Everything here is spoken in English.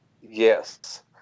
Yes